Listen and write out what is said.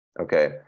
okay